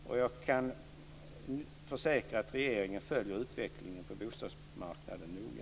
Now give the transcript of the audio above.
Och jag kan försäkra att regeringen följer utvecklingen på bostadsmarknaden noga.